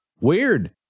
weird